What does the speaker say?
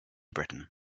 britain